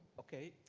okay.